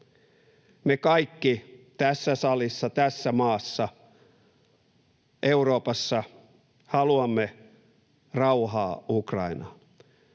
Me kaikki tässä salissa, tässä maassa, Euroopassa haluamme rauhaa Ukrainaan.